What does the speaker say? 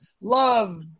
love